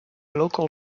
local